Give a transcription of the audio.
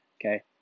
okay